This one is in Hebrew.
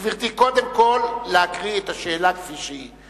גברתי, קודם כול להקריא את השאלה כפי שהיא.